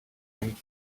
him